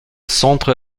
centre